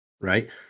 Right